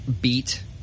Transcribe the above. beat